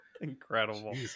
Incredible